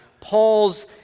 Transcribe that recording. Paul's